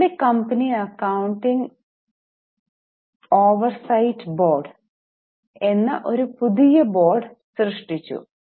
public company accounting oversight board Public Company Accounting Oversight Board എന്ന ഒരു പുതിയ board സൃഷ്ടിച്ചു